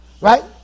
Right